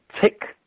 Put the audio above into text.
tick